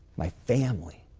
my family.